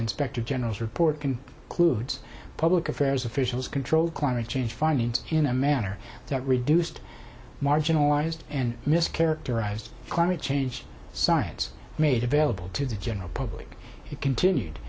inspector general's report can clued public affairs officials controlled climate change findings in a manner that reduced marginalized and mischaracterized climate change science made available to the general public he continued